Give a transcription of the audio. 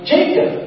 Jacob